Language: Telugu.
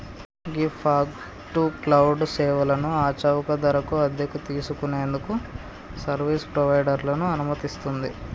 గీ ఫాగ్ టు క్లౌడ్ సేవలను ఆ చౌక ధరకు అద్దెకు తీసుకు నేందుకు సర్వీస్ ప్రొవైడర్లను అనుమతిస్తుంది